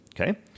Okay